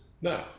No